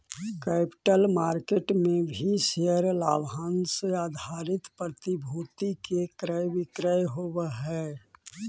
capital market में भी share लाभांश आधारित प्रतिभूति के क्रय विक्रय होवऽ हई